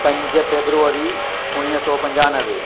पंज फेबरवरी उणिवीह सौ पंजानवे